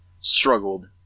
struggled